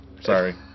Sorry